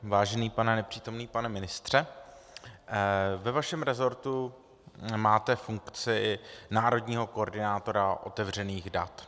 Vážený pane nepřítomný pane ministře, ve vašem resortu máte funkci národního koordinátora otevřených dat.